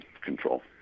control